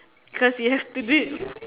cause you have to do it